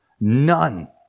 None